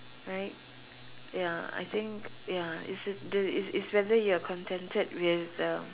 right ya I think ya is d~ is is whether you are contented with uh